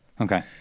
Okay